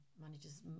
Manages